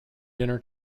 dinner